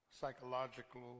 psychological